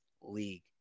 league